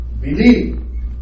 Believe